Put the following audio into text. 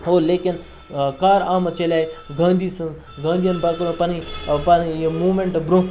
وَ گوٚو لیکِن کارآمد چَلے گاندھی سٕنٛز گاندھی یَن پَکنٲو پَنٕنۍ پَنٕنۍ یہِ موٗمینٛٹ برونٛہہ